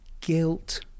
guilt